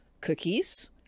cookies